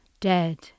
dead